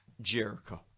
Jericho